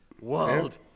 world